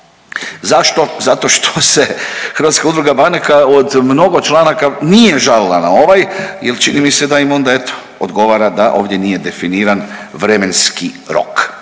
Zašto? Zato što se Hrvatska udruga banaka od mnogo članaka nije žalila na ovaj jel čini mi se da im onda eto odgovara da ovdje nije definiran vremenski rok.